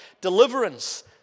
deliverance